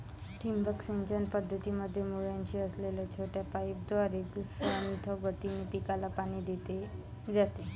ठिबक सिंचन पद्धतीमध्ये मुळाशी असलेल्या छोट्या पाईपद्वारे संथ गतीने पिकाला पाणी दिले जाते